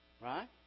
Right